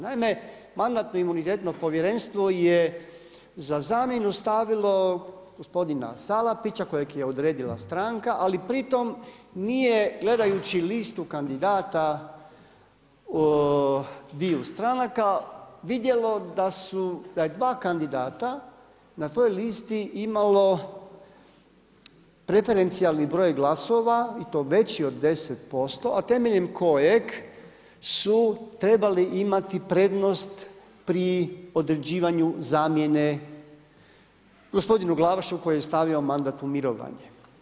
Naime, Mandatno-imunitetno povjerenstvo je za zamjenu stavilo gospodina Salapića kojeg je odredila stranka, a pri tom nije gledajući listu kandidata dviju stranaka vidjelo da dva kandidata na toj listi imalo preferencijalni broj glasova i to veći od 10%, a temeljem kojeg su trebali imati prednost pri određivanju zamjene gospodinu Glavašu koji je stavio mandat u mirovanje.